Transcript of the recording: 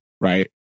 right